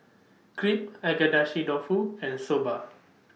Crepe Agedashi Dofu and Soba